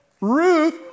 Ruth